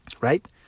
right